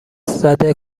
زده